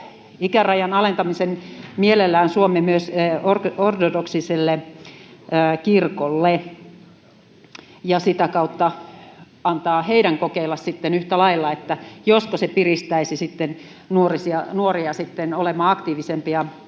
ikärajan alentamisen mielellään suomme myös ortodoksiselle kirkolle ja sitä kautta annamme heidän kokeilla yhtä lailla, josko se piristäisi nuoria olemaan aktiivisempia